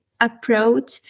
approach